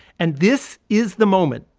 and this is the moment,